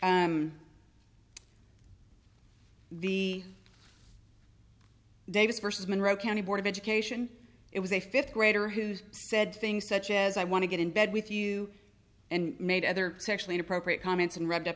the davis versus monroe county board of education it was a fifth grader who's said things such as i want to get in bed with you and made other sexually inappropriate comments and read up